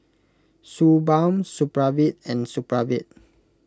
Suu Balm Supravit and Supravit